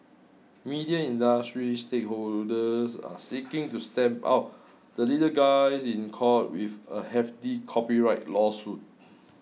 media industry stakeholders are seeking to stamp out the little guys in court with a hefty copyright lawsuit